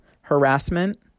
harassment